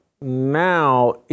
now